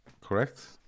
Correct